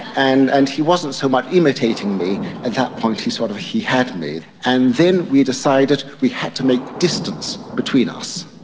and and he wasn't so much imitating me, at that point he sort of had me. and then we decided we had to make distance between us,